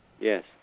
Yes